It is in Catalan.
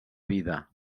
vida